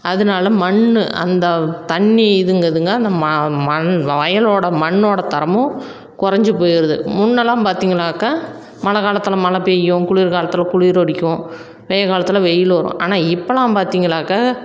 அதனால மண்ணு அந்த தண்ணி இதுங்க இதுங்க இந்த ம மண் வயலோட மண்ணோட தரமும் குறஞ்சி போயிருது முன்னேலாம் பார்த்தீங்கனாக்க மழ காலத்தில் மழ பெய்யும் குளிர் காலத்தில் குளிர் அடிக்கும் வெய்ய காலத்தில் வெயில் வரும் ஆனால் இப்போலாம் பார்த்தீங்களாக்க